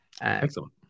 Excellent